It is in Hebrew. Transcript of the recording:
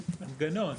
סתם.